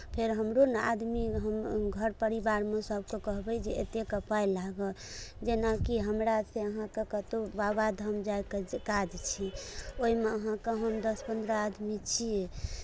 फेर हमरो ने आदमी हम घर परिवारमे सभकेँ कहबै जे एतेक के पाइ लागत जेनाकि हमरा से अहाँकेँ कतहु बाबाधाम जायके छै काज छियै ओहिमे अहाँके हम दस पन्द्रह आदमी छियै